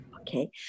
Okay